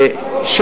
מה עם ש"ס?